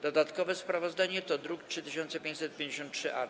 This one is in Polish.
Dodatkowe sprawozdanie to druk nr 3553-A.